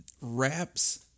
Wraps